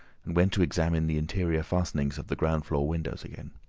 and went to examine the interior fastenings of the ground-floor windows again.